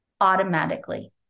automatically